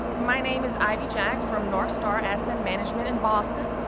my name is ivy jack, from northstar asset management in boston,